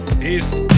peace